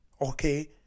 okay